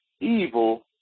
evil